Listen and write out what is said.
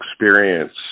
experience